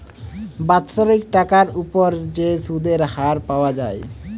বাৎসরিক টাকার উপর যে সুধের হার পাওয়া যায়